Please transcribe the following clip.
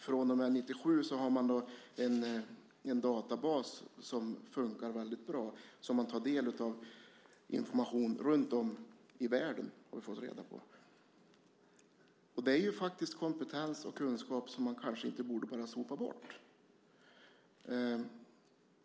Från och med år 1997 har man en databas som fungerar väldigt bra. Vi har fått reda på att man tar del av information därifrån runtom i världen. Det är kompetens och kunskap som man inte bara ska sopa bort.